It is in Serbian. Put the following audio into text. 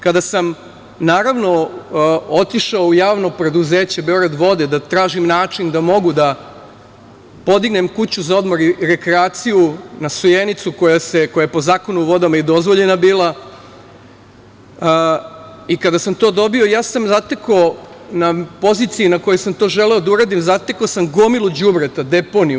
Kada sam otišao u Javno preduzeće „Beograd vode“ da tražim način da mogu da podignem kuću za odmor i rekreaciju, sojenicu koja je po Zakonu o vodama i bila dozvoljena i kada sam to dobio ja sam zatekao na poziciji na kojoj sam to želeo da uradim, zatekao sam gomilu đubreta, deponiju.